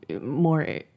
more